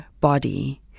body